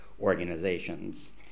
Organizations